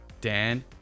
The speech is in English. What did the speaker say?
Dan